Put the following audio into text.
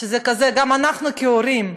וגם אנחנו ההורים,